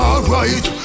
Alright